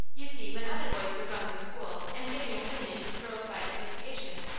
you see when other boys were going to school and getting acquainted with girls by association,